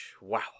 Wow